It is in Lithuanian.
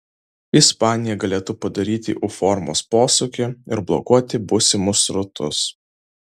ispanija galėtų padaryti u formos posūkį ir blokuoti būsimus srautus